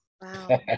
Wow